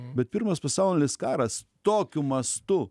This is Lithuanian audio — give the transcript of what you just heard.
bet pirmas pasaulinis karas tokiu mastu